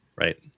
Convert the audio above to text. Right